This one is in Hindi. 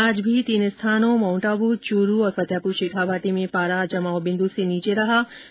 आज भी तीन स्थानों माउंट आबू च्रू और फतेहपुर शेखावाटी में पारा जमाव बिन्दू से नीचे बना हुआ है